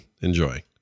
Enjoy